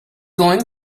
going